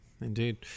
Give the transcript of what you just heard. Indeed